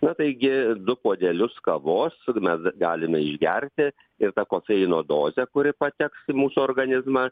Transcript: na taigi du puodelius kavos mes galime išgerti ir kofeino dozė kuri pateks į mūsų organizmą